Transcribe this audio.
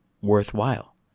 worthwhile